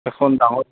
এখন ডাঙৰ